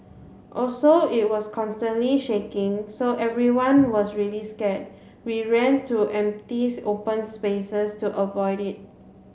also it was constantly shaking so everyone was really scared we ran to empties open spaces to avoid it